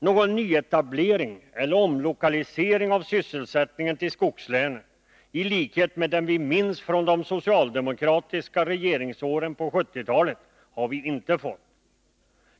Någon nyetablering eller omlokalisering av sysselsättningen till skogslänen — i likhet med den vi minns från de socialdemokratiska regeringsåren på 1970-talet — har vi inte fått.